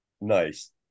Nice